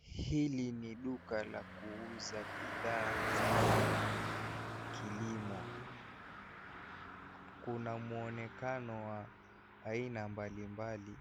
Hili ni duka la kuuza bidhaa za kilimo. Kuna mwonekano wa aina mbalimbali,